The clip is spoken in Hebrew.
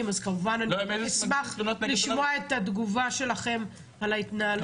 אז כמובן אני אשמח לשמוע את התגובה שלכם על ההתנהלות.